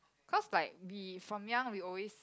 cause like we from young we always